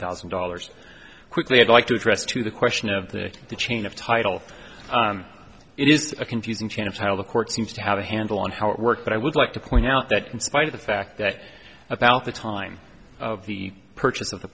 thousand dollars quickly i'd like to address to the question of the chain of title it is a confusing chain of how the court seems to have a handle on how it works but i would like to point out that in spite of the fact that about the time of the purchase of the